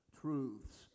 truths